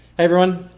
everyone.